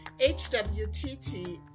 hwtt